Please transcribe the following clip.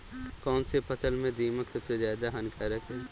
कौनसी फसल में दीमक सबसे ज्यादा हानिकारक है?